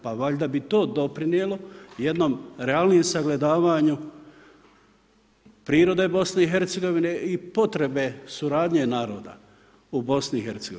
Pa valjda bi to doprinijelo jednom realnijem sagledavanju prirode BiH i potrebe suradnje naroda u BiH.